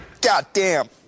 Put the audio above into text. Goddamn